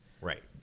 Right